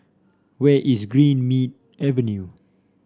where is Greenmead Avenue